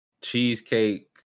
cheesecake